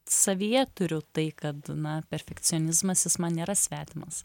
savyje turiu tai kad na perfekcionizmas jis man nėra svetimas